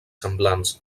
semblants